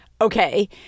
Okay